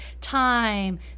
time